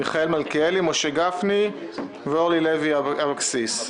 מיכאל מלכיאלי, משה גפני ואורלי לוי-אבקסיס.